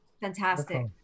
Fantastic